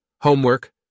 Homework